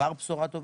כבר בשורה טובה,